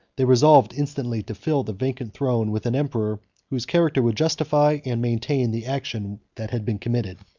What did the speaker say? they resolved instantly to fill the vacant throne with an emperor whose character would justify and maintain the action that had been committed.